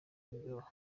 kuryoha